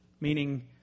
meaning